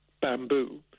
bamboo